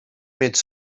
mieć